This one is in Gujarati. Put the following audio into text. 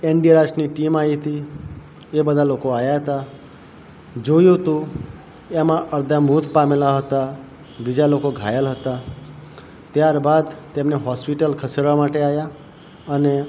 એન્ડીઆરએફની ટીમ આવી હતી એ બધા લોકો આવ્યા હતા જોયું તું એમાં અડધા મોત પામેલા હતા બીજા લોકો ઘાયલ હતા ત્યાર બાદ તેમને હોસ્પિટલ ખસેડવા માટે આવ્યા અને